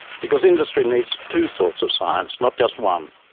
because industry needs two sorts of science, not just one,